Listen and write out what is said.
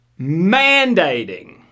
mandating